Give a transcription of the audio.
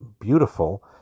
beautiful